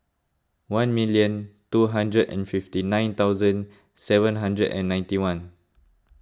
one million two hundred and fifty nine thousand seven hundred and ninety one